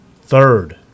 third